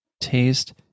taste